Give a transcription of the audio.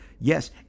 yes